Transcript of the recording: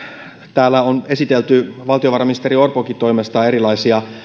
täällä on esitelty valtiovarainministeri orponkin toimesta erilaisia